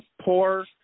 poor